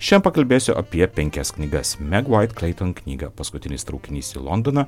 šian pakalbėsiu apie penkias knygas meg vait kleiton knygą paskutinis traukinys į londoną